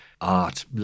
art